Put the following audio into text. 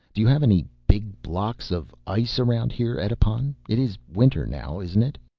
do you have any big blocks of ice around here, edipon? it is winter now, isn't it?